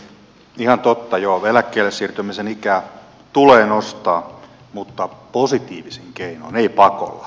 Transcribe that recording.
ihan totta eläkkeelle siirtymisen ikää tulee nostaa mutta positiivisin keinoin ei pakolla